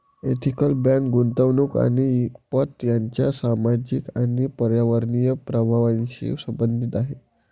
ethical bank गुंतवणूक आणि पत यांच्या सामाजिक आणि पर्यावरणीय प्रभावांशी संबंधित आहे